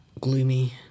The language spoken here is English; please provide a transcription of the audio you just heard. gloomy